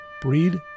Breed